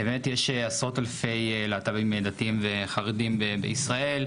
ובאמת יש עשרות אלפי להט"בים דתיים וחרדים בישראל,